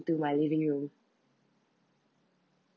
to my living room